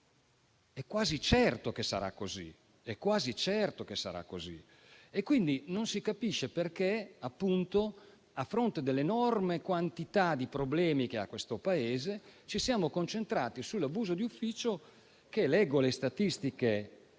È quasi certo che sarà così. Non si capisce perché, a fronte dell'enorme quantità di problemi che ha questo Paese, ci siamo concentrati sull'abuso d'ufficio. Leggo le statistiche